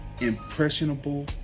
impressionable